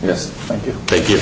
yes thank you thank you